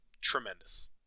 Tremendous